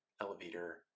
elevator